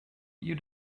you